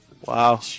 Wow